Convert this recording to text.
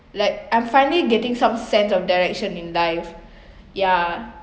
like I'm finally getting some sense of direction in life yeah